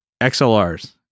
XLRs